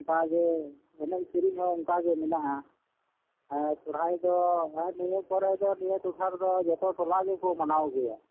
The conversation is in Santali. ᱚᱱᱠᱟ ᱜᱮ ᱮᱱᱮᱡ ᱥᱤᱨᱤᱧ ᱦᱚᱸ ᱚᱱᱠᱟ ᱜᱮ ᱢᱮᱱᱟᱜᱼᱟ ᱥᱚᱦᱚᱨᱟᱭ ᱫᱚ ᱱᱤᱭᱟᱹ ᱠᱚᱨᱮ ᱫᱚ ᱱᱤᱭᱟᱹ ᱴᱚᱴᱷᱟ ᱨᱮᱫᱚ ᱡᱚᱛᱚ ᱴᱚᱞᱟ ᱜᱮᱠᱚ ᱢᱟᱱᱟᱣ ᱜᱮᱭᱟ